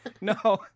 No